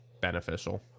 beneficial